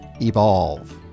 evolve